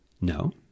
No